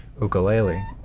ukulele